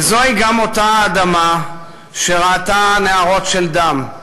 וזוהי גם אותה אדמה שראתה נהרות של דם,